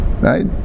Right